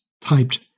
typed